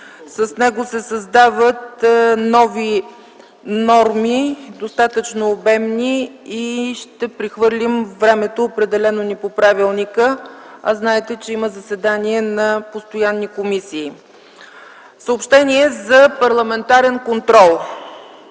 § 26 се създават нови норми, достатъчно обемни, и ще прехвърлим времето, определено ни по правилника, а знаете, че има заседания на постоянни комисии. Съобщение за парламентарен контрол